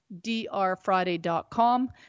drfriday.com